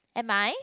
am I